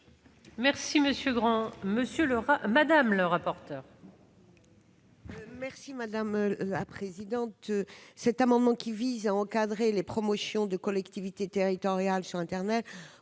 avec M. le rapporteur.